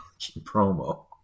promo